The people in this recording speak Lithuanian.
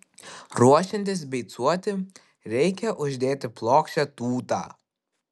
ruošiantis beicuoti reikia uždėti plokščią tūtą